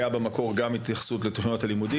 והייתה התייחסות לתוכניות הלימודים.